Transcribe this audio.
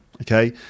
Okay